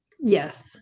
yes